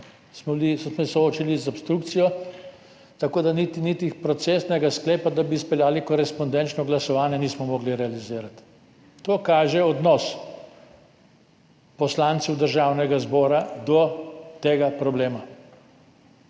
smo soočeni z obstrukcijo, tako da niti procesnega sklepa, da bi izpeljali korespondenčno glasovanje, nismo mogli realizirati. To kaže odnos poslancev Državnega zbora do tega problema.